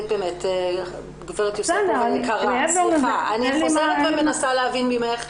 אני חוזרת ומנסה להבין ממך,